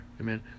Amen